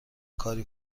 کاری